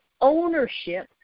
ownership